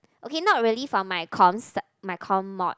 okay not really for my comms my core mod